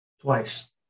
Twice